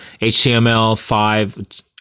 HTML5